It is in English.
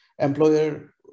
Employer